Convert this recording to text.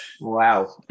Wow